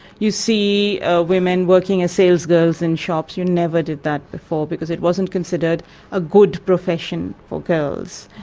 you see ah women working as salesgirls in shops you never did that before because it wasn't considered a good profession for girls.